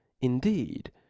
indeed